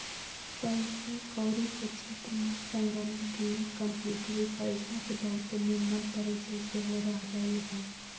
पइसा कौरी के क्षेत्र में संगणकीय कंप्यूटरी पइसा के बहुते निम्मन परिचय सेहो रहलइ ह